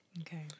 Okay